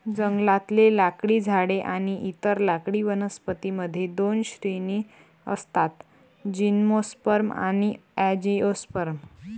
जंगलातले लाकडी झाडे आणि इतर लाकडी वनस्पतीं मध्ये दोन श्रेणी असतातः जिम्नोस्पर्म आणि अँजिओस्पर्म